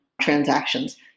transactions